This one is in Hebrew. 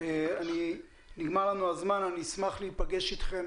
אבל נגמר לנו הזמן ואני אשמח להפגש אתכם